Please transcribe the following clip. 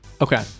Okay